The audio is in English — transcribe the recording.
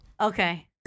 Okay